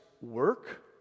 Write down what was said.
work